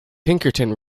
pinkerton